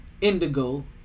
Indigo